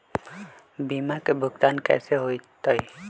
बीमा के भुगतान कैसे होतइ?